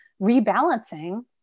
rebalancing